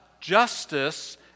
justice